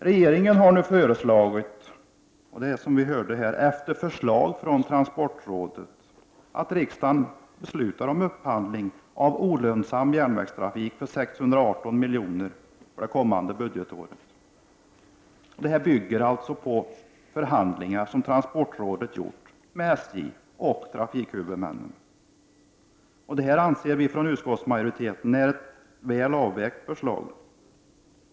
Regeringen har föreslagit, efter förslag från transportrådet, att riksdagen beslutar att upphandla olönsam järnvägstrafik för 618 milj.kr. för det kommande budgetåret. Detta förslag bygger på de förhandlingar som transportrådet fört med SJ och trafikhuvudmännen. Utskottsmajoriteten anser att detta är ett väl avvägt förslag.